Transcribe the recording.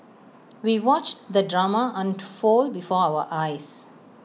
we watched the drama unfold before our eyes